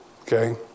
Okay